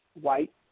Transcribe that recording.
white